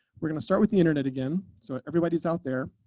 we're going to start with the internet again. so everybody is out there